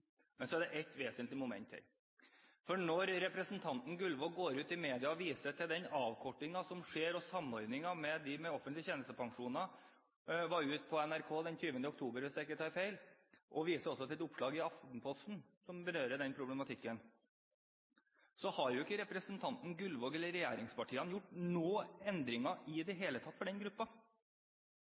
media og viser til den avkortingen som skjer, og samordningen med de med offentlige tjenestepensjoner. Han var ute på NRK 20. oktober, hvis jeg ikke tar feil. Jeg viser også til et oppslag i Aftenposten som berører den problematikken. Representanten Gullvåg eller regjeringspartiene har jo ikke gjort noen endringer i det hele tatt for den